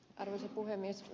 arvoisa puhemies